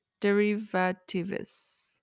derivatives